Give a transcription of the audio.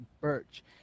Birch